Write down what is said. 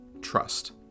trust